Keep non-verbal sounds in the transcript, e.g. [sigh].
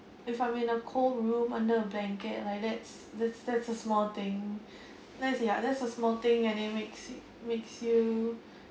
if I'm in a cold room under a blanket like that's that's that's a small thing [breath] that's yeah that's a small thing and it makes it makes you